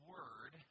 Word